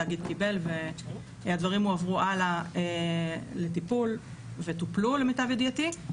התאגיד קיבל והדברים הועברו הלאה לטיפול וטופלו למיטב ידיעתי,